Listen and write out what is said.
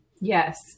Yes